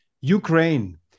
Ukraine